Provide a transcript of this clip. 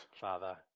father